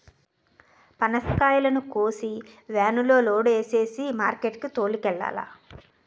పనసకాయలను కోసి వేనులో లోడు సేసి మార్కెట్ కి తోలుకెల్లాల